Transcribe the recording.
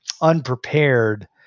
unprepared